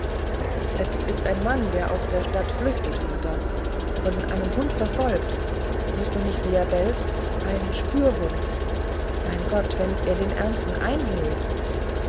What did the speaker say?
es ist ein mann der aus der stadt flüchtet vater von einem hund verfolgt hörst du nicht wie er bellt ein spürhund mein gott wenn er den ärmsten einholt